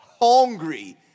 hungry